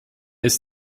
ist